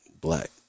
black